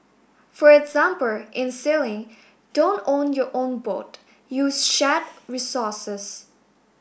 for example in sailing don't own your own boat use shared resources